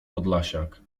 podlasiak